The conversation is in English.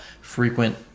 frequent